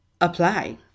apply